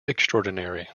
extraordinary